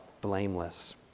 blameless